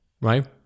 right